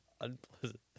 unpleasant